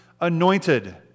anointed